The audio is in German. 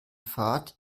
fahrt